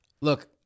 Look